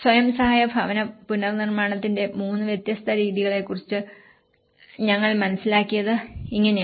സ്വയം സഹായ ഭവന പുനർനിർമ്മാണത്തിന്റെ മൂന്ന് വ്യത്യസ്ത രീതികളെക്കുറിച്ച് ഞങ്ങൾ മനസ്സിലാക്കിയത് ഇങ്ങനെയാണ്